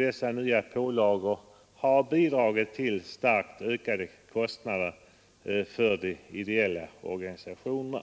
Dessa nya pålagor har bidragit till starkt ökade kostnader för de ideella organisationerna.